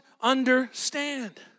understand